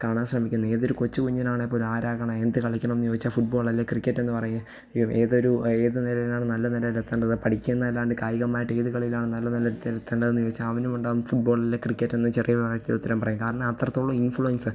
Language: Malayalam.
കാണാം ശ്രമിക്കുന്ന ഏതൊരു കൊച്ച് കുഞ്ഞിനാണെപ്പോലും ആരാകണം എന്ത് കളിക്കണം എന്ന് ചോദിച്ചാൽ ഫുട്ബോളല്ലേ ക്രിക്കറ്റെന്ന് പറയും യും ഏതൊരു ഏത് നിരയിലാണ് നല്ല നിലയിലെത്തേണ്ടത് പഠിക്കുന്നത് അല്ലാണ്ട് കായികമായിട്ട് ഏത് കളിയിലാണ് നല്ല നിലയിൽ എത്തേണ്ടതെന്ന് ചോദിച്ചാൽ അവനുമുണ്ടാവും ഫുട്ബോളല്ലെ ക്രിക്കറ്റെന്ന് ചെറിയ പ്രായത്തിലുത്തരം പറയാൻ കാരണം അത്രത്തോളം ഇൻഫ്ലുവൻസ്